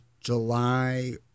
july